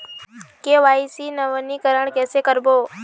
KYC नवीनीकरण कैसे करबो?